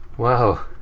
wow.